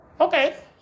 Okay